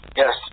yes